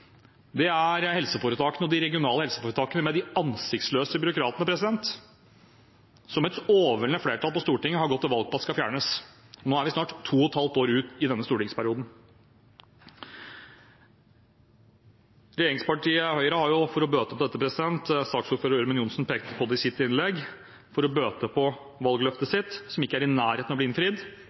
regionale helseforetakene med de ansiktsløse byråkratene, som et overveldende flertall på Stortinget har gått til valg på at skal fjernes. Nå er vi snart to og et halvt år ut i denne stortingsperioden. Regjeringspartiet Høyre har for å bøte på valgløftet sitt – saksordfører Kristin Ørmen Johnsen pekte på det i sitt innlegg – som ikke er i nærheten av å bli innfridd,